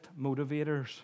motivators